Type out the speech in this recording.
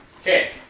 Okay